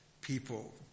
people